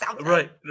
Right